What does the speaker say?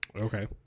Okay